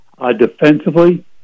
defensively